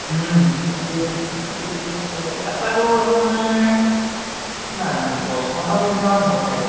তাকে কিমানকৈ তুলিলে ভাল হ'ব ইয়াৰ পৰাতো আপোনাৰ কিমান পঁচপন্ন কিলোমিটাৰমান হয় চাগে